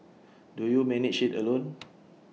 do you manage IT alone